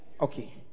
Okay